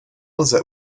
lze